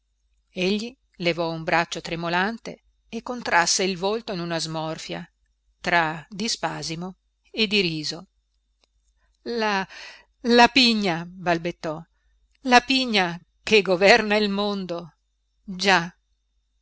egli levò un braccio tremolante e contrasse il volto in una smorfia tra di spasimo e di riso la la pigna balbettò la pigna che governa il mondo già